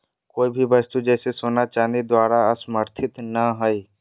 कोय भी वस्तु जैसे सोना चांदी द्वारा समर्थित नय हइ